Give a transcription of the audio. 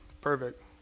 Perfect